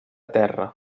terra